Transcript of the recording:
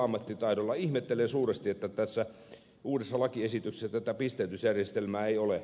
ihmettelen suuresti että tässä uudessa lakiesityksessä tätä pisteytysjärjestelmää ei ole